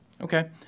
Okay